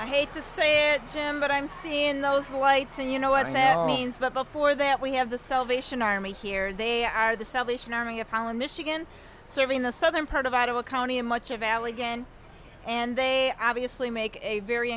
i hate to say it jim but i'm seeing those lights and you know i met means but before that we have the salvation army here they are the salvation army of holland michigan serving the southern part of out of a county in much of allegan and they obviously make a very